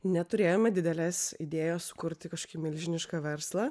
neturėjome didelės idėjos sukurti kažkokį milžinišką verslą